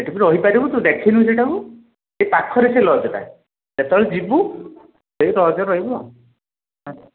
ସେଠି ବି ରହିପାରିବୁ ତୁ ଦେଖିନୁ ସେଇଟାକୁ ସେ ପାଖରେ ସେ ଲଜ୍ଟା ଯେତେବେଳେ ଯିବୁ ସେହି ଲଜ୍ରେ ରହିବୁ ଆଉ ହେଲା